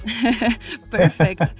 Perfect